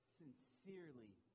sincerely